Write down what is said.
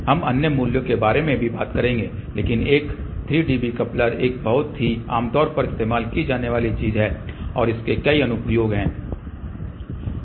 हम अन्य मूल्यों के बारे में भी बात करेंगे लेकिन एक 3 dB कपलर एक बहुत ही आमतौर पर इस्तेमाल की जाने वाली चीज है और इसके कई अनुप्रयोग हैं